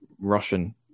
Russian